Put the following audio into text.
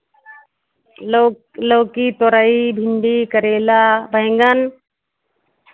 लौक लौकी तोरई भिन्डी करेला बैंगन